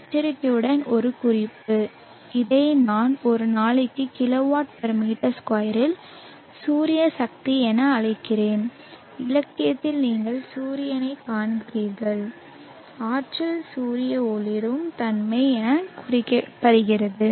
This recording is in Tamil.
எச்சரிக்கையுடன் ஒரு குறிப்பு இதை நான் ஒரு நாளைக்கு kWh m2 இல் சூரிய சக்தி என அழைக்கிறேன் இலக்கியத்தில் நீங்கள் சூரியனைக் காண்பீர்கள் ஆற்றல் சூரிய ஒளிரும் தன்மை என அழைக்கப்படுகிறது